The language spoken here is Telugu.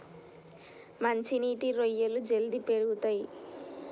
మంచి నీటి రొయ్యలు జల్దీ పెరుగుతయ్